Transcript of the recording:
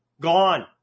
gone